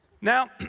now